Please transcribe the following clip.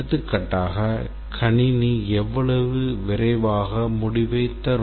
எடுத்துக்காட்டாக கணினி எவ்வளவு விரைவாக முடிவை தரும்